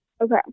Okay